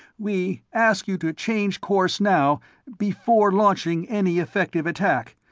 we ask you to change course now before launching any effective attack.